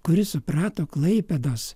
kuris suprato klaipėdos